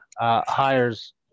hires